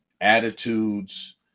attitudes